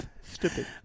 Stupid